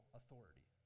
authority